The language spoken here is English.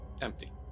empty